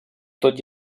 tot